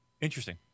interesting